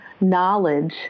knowledge